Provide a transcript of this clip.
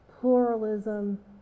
pluralism